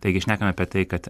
taigi šnekam apie tai kad